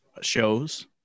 shows